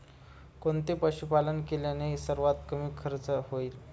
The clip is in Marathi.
कोणते पशुपालन केल्याने सर्वात कमी खर्च होईल?